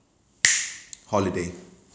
holiday